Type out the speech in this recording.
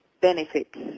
benefits